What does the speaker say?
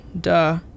duh